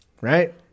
right